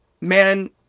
man